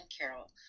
Carol